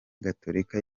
gatolika